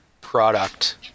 product